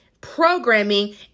programming